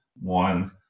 one